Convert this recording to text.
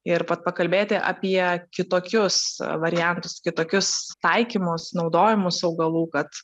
ir pakalbėti apie kitokius variantus kitokius taikymus naudojamus augalų kad